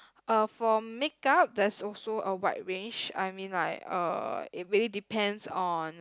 uh for makeup there's also a wide range I mean like uh it really depends on